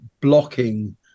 blocking